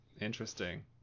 interesting